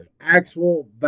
actual